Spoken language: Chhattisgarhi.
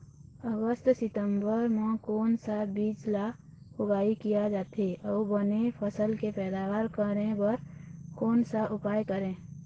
अगस्त सितंबर म कोन सा बीज ला उगाई किया जाथे, अऊ बने फसल के पैदावर करें बर कोन सा उपाय करें?